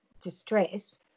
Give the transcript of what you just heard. distress